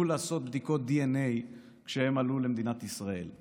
לעשות בדיקות דנ"א כשהם עלו למדינת ישראל,